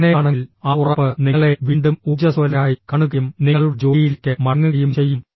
അങ്ങനെയാണെങ്കിൽ ആ ഉറപ്പ് നിങ്ങളെ വീണ്ടും ഊർജ്ജസ്വലരായി കാണുകയും നിങ്ങളുടെ ജോലിയിലേക്ക് മടങ്ങുകയും ചെയ്യും